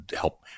help